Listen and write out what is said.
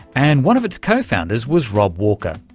and one of its co-founders was rob walker.